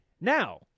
Now